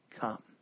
come